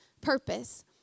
purpose